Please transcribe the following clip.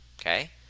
okay